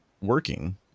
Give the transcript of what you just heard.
working